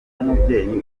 nk’umubyeyi